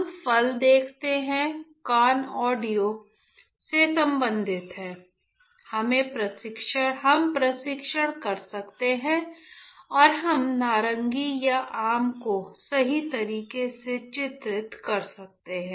हम फल देख सकते हैंकान ऑडियो से सम्बंधित है हम परीक्षण कर सकते हैं और हम नारंगी या आम को सही तरीके से चित्रित कर सकते हैं